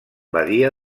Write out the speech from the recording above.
badia